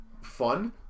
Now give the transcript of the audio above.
fun